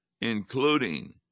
including